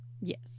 Yes